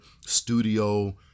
studio